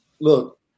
look